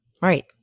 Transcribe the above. Right